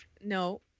No